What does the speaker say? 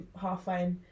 halfway